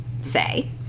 say